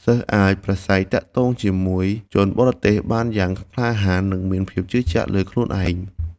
សិស្សអាចប្រាស្រ័យទាក់ទងជាមួយជនបរទេសបានយ៉ាងក្លាហាននិងមានភាពជឿជាក់លើខ្លួនឯង។